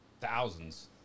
Thousands